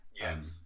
yes